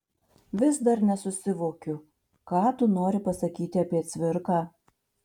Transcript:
vis dar nesusivokiu ką tu nori pasakyti apie cvirką